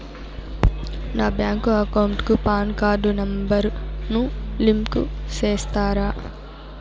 నా bank account కు PAN card number ను లింకు సేస్తారా?